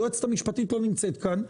היועצת המשפטית לא נמצאת כאן.